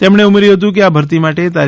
તેમણે ઉમેર્થું હતું કે આ ભરતી માટે તા